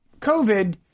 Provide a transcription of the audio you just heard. COVID